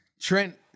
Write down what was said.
Trent